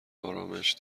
آرامش